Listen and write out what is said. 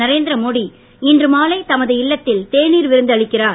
நரேந்திரமோடி இன்று மாலை தமது இல்லத்தில் தேனீர் விருந்து அளிக்கிறார்